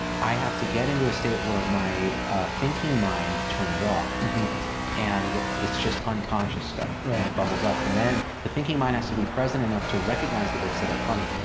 i have to get into a state where my thinking mind turns off and it's just unconscious stuff and it bubbles up. and then the thinking mind has to be present enough to recognize the bits that are funny.